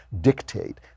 dictate